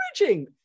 encouraging